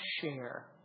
share